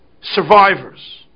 survivors